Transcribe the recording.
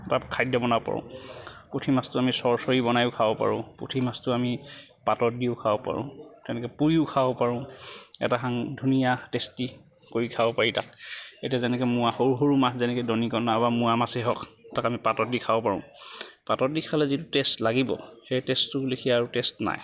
এটা খাদ্য বনাব পাৰোঁ পুঠি মাছটো আমি চৰ্চৰী বনায়ো খাব পাৰোঁ পুঠি মাছটো আমি পাতত দিও খাব পাৰোঁ তেনেকে পুৰিও খাব পাৰোঁ এটা সাংঘাতিক ধুনীয়া টেষ্টি কৰি খাব পাৰি তাক এতিয়া যেনেকে মোৱা সৰু সৰু মাছ যেনেকে দৰিকণা বা মোৱা মাছেই হওক তাক আমি পাতত দি খাব পাৰোঁ পাতত দি খালে যিটো টেষ্ট লাগিব সেই টেষ্টটোৰ লেখীয়া আৰু টেষ্ট নাই